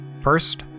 first